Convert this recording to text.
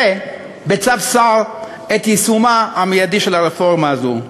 דחה בצו שר את יישומה המיידי של הרפורמה הזו.